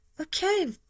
okay